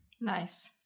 Nice